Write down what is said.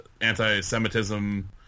anti-semitism